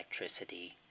electricity